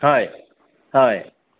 হয় হয়